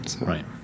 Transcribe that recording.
Right